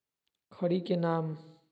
खड़ी के नाम?